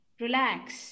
relax